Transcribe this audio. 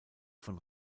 von